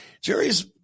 Jerry's